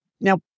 Now